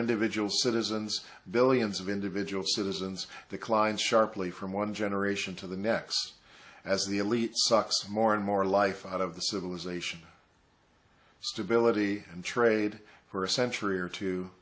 individual citizens billions of individual citizens declined sharply from one generation to the next as the elites sucks more and more life out of the civilization stability and trade for a century or t